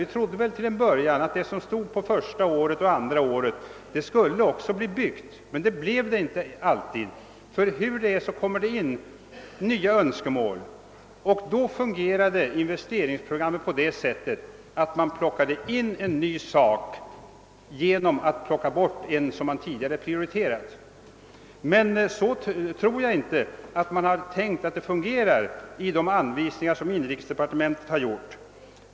Vi trodde väl till en början att det som stod på listan för första året och för andra året skulle också bli byggt under dessa år, men det blev inte alltid fallet. Det framkom nämligen nya önskemål, och då fungerade investeringsprogrammet på det sättet, att man plockade in en ny anläggning genom att plocka bort en som man tidigare hade prioriterat. Jag tror emellertid inte att man i inrikesdepartementets anvisningar tänkt att det skulle fungera på det sättet.